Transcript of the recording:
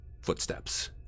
Footsteps